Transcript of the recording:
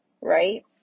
right